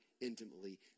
intimately